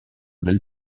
del